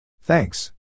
Thanks